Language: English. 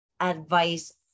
advice